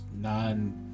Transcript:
non